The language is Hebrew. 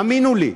האמינו לי,